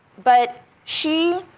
but she